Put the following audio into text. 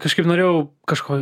kažkaip norėjau kažko